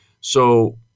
So-